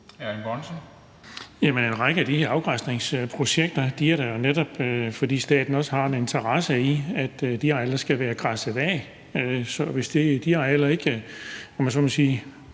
(V): Jamen en række af de her afgræsningsprojekter er der jo netop, fordi staten også har en interesse i, at de arealer skal være græsset af. Så hvis de arealer ikke